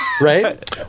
right